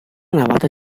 navata